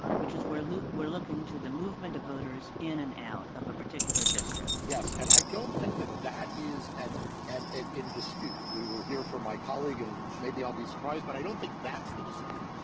which is, we're we're looking to the movement of voters in and out of a particular district? elias yes, and i don't think that that is at at at in dispute. we will hear from my colleague, and maybe i'll be surprised, but i don't think that's the dispute.